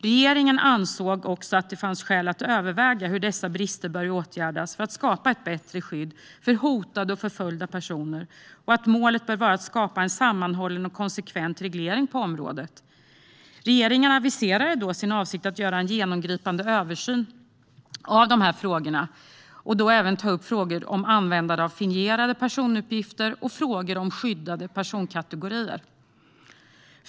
Regeringen ansåg även att det finns skäl att överväga hur dessa brister bör åtgärdas för att skapa ett bättre skydd för hotade och förföljda personer och att målet bör vara att skapa en sammanhållen och konsekvent reglering på området. Regeringen aviserade sin avsikt att göra en genomgripande översyn av dessa frågor och då även ta upp frågor om användningen av fingerade personuppgifter och frågor om skyddade personkategorier.